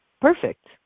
perfect